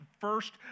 first